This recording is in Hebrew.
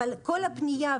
אבל כל פנייה,